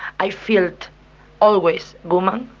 i felt always woman.